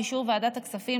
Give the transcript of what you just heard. באישור ועדת הכספים,